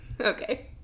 Okay